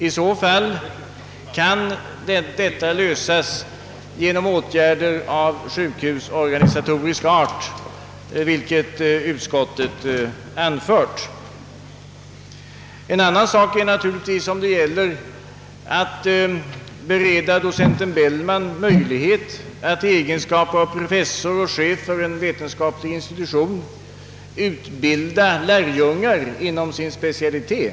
I så fall kan behovet tillgodoses genom åtgärder av sjukhusorganisatorisk art, vilket utskottet anfört. En annan sak är naturligtvis om det gäller att bereda docenten Bellman möjlighet att i egenskap av professor och chef för en vetenskaplig institution utbilda lärjungar inom sin specialitet.